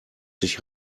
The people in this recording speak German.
sich